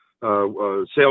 sales